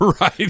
Right